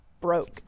broke